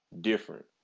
different